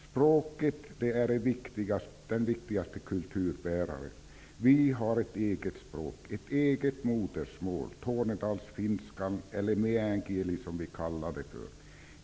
Språket är den viktigaste kulturbäraren. Vi har ett eget språk, ett eget modersmål -- tornedalsfinskan eller Meän kieli som vi kallar det.